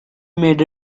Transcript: made